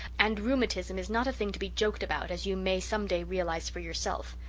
and rheumatism is not a thing to be joked about, as you may some day realize for yourself.